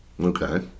Okay